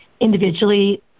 individually